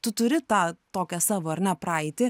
tu turi tą tokią savo ar ne praeitį